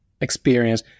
experience